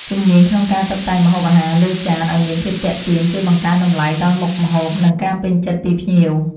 ជំនាញក្នុងការតុបតែងម្ហូបអាហារលើចានឱ្យមានភាពទាក់ទាញជួយបង្កើនតម្លៃដល់មុខម្ហូបនិងការពេញចិត្តពីភ្ញៀវ។